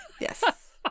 Yes